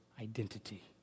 identity